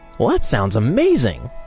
well, that sounds amazing.